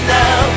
now